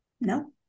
no